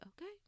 okay